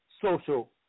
Social